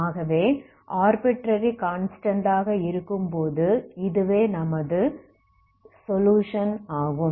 ஆகவே arbitrary constant ஆக இருக்கும்போது இதுவே நமது சொலுயுஷன் ஆகும்